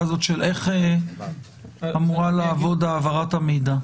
הזאת של איך אמורה לעבוד העברת המידע.